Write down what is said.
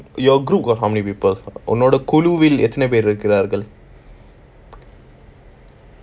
you~ your group got how many people உன்னோட குழுவில் எத்தனை பேர் இருக்கிறார்கள்:unnoda kuluvil ethana per irukkiraargal